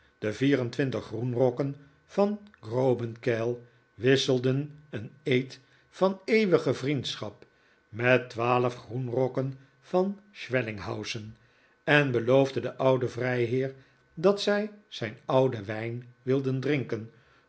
de vier en twintig groenrokken van grobenkeil wisselden een eed van eeuwige vriendschap met twaalf groenrokken van schwellinghausen en beloofden den ouaen vrijheer dat zij zijn ouden wijn wilden drinken